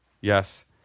yes